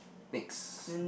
next